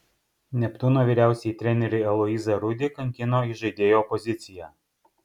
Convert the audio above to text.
neptūno vyriausiąjį trenerį aloyzą rudį kankino įžaidėjo pozicija